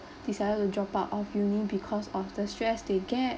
decided to drop out of uni because of the stress they get